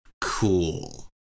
cool